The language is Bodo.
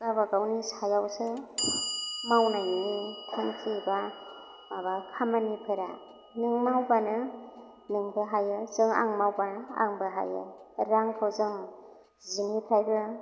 गाबा गावनि सायावसो मावनायनि थांखि बा माबा खामानिफोरा नों मावबानो नोंबो हायो जों आं मावबा आंबो हायो रांखौ जों जिनिफ्रायबो